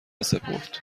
سپرد